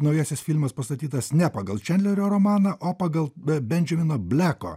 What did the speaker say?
naujasis filmas pastatytas ne pagal čandlerio romaną o pagal bendžemino bleko